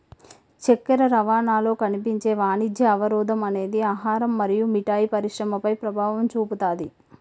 చక్కెర రవాణాలో కనిపించే వాణిజ్య అవరోధం అనేది ఆహారం మరియు మిఠాయి పరిశ్రమపై ప్రభావం చూపుతాది